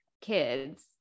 kids